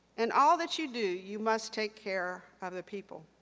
and all that you do, you must take care of the people,